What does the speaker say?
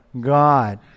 God